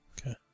Okay